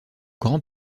grand